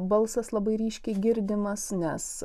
balsas labai ryškiai girdimas nes